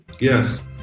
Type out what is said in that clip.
Yes